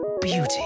beauty